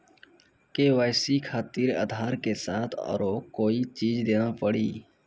KYC खातिर आधार के साथ औरों कोई चीज देना पड़ी?